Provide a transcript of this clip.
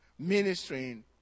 ministering